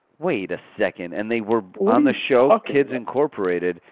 wait a second, and they were were on the show kids incorporated.